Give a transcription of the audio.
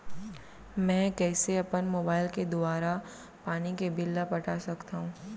मैं कइसे अपन मोबाइल के दुवारा पानी के बिल ल पटा सकथव?